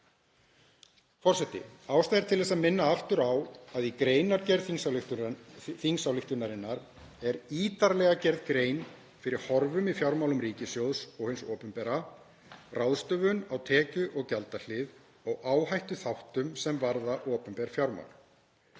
Forseti. Ástæða er til að minna aftur á að í greinargerð þingsályktunartillögunnar er ítarlega gerð grein fyrir horfum í fjármálum ríkissjóðs og hins opinbera, ráðstöfun á tekju- og gjaldahlið og áhættuþáttum sem varða opinber fjármál.